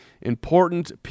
important